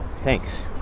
Thanks